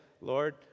Lord